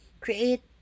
create